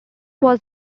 was